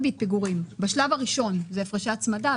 בשלב הראשון זה הפרשי הצמדה.